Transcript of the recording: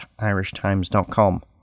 irishtimes.com